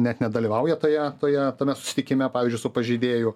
net nedalyvauja toje toje tame susitikime pavyzdžiui su pažeidėju